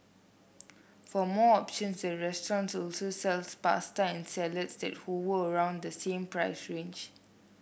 for more options the restaurant also sells pasta and salads that hover around the same price range